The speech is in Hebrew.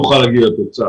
נוכל להגיע לתוצאה.